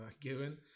given